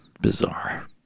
Bizarre